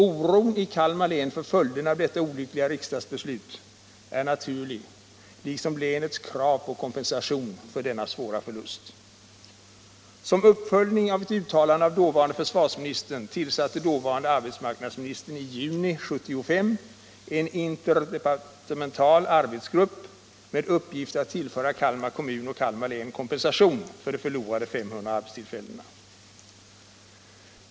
Oron i Kalmar län för följderna av detta olyckliga riksdagsbeslut är naturlig liksom länets krav på kompensation för denna svåra förlust.